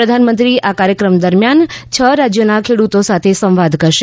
પ્રધાનમંત્રી આ કાર્યક્રમ દરમ્યાન છ રાજ્યોનાં ખેડૂતો સાથે સંવાદ કરશે